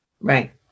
Right